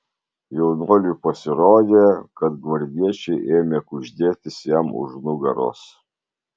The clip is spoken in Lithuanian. jaunuoliui pasirodė kad gvardiečiai ėmė kuždėtis jam už nugaros